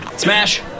Smash